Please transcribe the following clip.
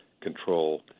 control